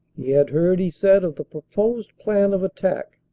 he had heard, he said, of the proposed plan of attack,